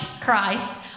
Christ